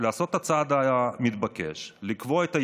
לעשות את הצעד המתבקש ולקבוע את היעד,